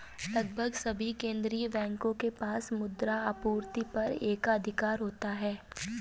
लगभग सभी केंदीय बैंकों के पास मुद्रा आपूर्ति पर एकाधिकार होता है